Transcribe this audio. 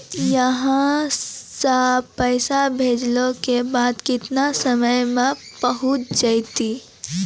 यहां सा पैसा भेजलो के बाद केतना समय मे पहुंच जैतीन?